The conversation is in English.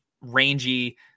rangy